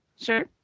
Sure